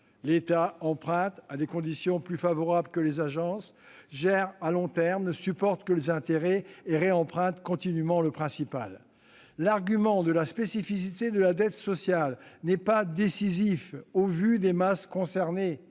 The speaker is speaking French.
l'État emprunte à des conditions plus favorables que les agences, il gère la dette à long terme, ne supporte que les intérêts et il réemprunte continûment le principal. L'argument de la spécificité de la dette sociale n'est pas décisif, eu égard aux masses concernées,